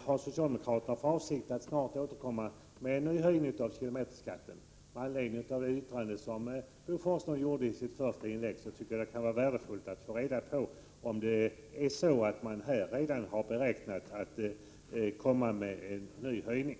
Har socialdemokraterna för avsikt att snart föreslå en ny höjning av kilometerskatten? Med anledning av det yttrande som Bo Forslund gjorde i sitt första inlägg anser jag att det kan vara värdefullt att få reda på om ni redan har räknat med en ny höjning.